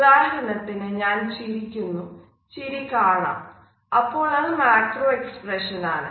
ഉദാഹരണത്തിന് ഞാൻ ചിരിക്കുന്നു ചിരി കാണാം അപ്പോൾ അത് മാക്രോ എക്സ്പ്രഷൻ ആണ്